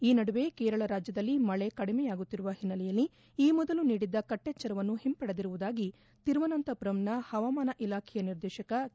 ಈ ನಡುವೆ ಕೇರಳ ರಾಜ್ಯದಲ್ಲಿ ಮಳೆ ಕಡಿಮೆಯಾಗುತ್ತಿರುವ ಒನ್ನೆಲೆಯಲ್ಲಿ ಈ ಮೊದಲು ನೀಡಿದ್ದ ಕಟ್ಟೆಚ್ಚರವನ್ನು ಒಂಪಡೆದಿರುವುದಾಗಿ ತಿರುವನಂತಮರಂನ ಪವಾಮಾನ ಇಲಾಖೆಯ ನಿರ್ದೇಶಕ ಕೆ